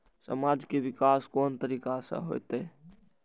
समाज के विकास कोन तरीका से होते?